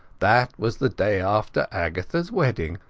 that was the day after agathaas wedding.